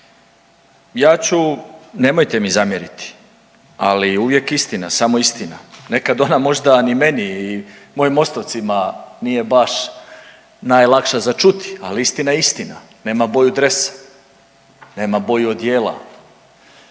Ja ću, nemojte mi zamjeriti ali uvijek istina, samo istina. Nekada ona možda ni meni i mojim Mostovcima nije baš najlakša za čuti, ali istina je istina. Nema boju dresa, nema boju odijela.